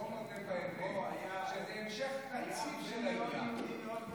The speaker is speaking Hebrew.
בואו נודה באמת, זה המשך רציף של העניין.